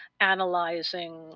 analyzing